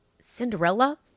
Cinderella